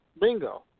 Bingo